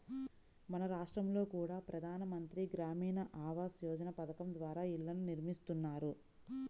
మన రాష్టంలో కూడా ప్రధాన మంత్రి గ్రామీణ ఆవాస్ యోజన పథకం ద్వారా ఇళ్ళను నిర్మిస్తున్నారు